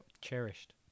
cherished